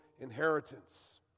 inheritance